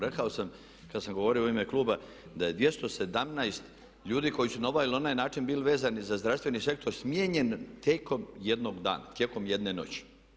Rekao sam kada sam govorio u ime kluba da je 217 ljudi koji su na ovaj ili onaj način bili vezani za zdravstveni sektor smijenjen tijekom jednog dana, tijekom jedne noći.